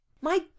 My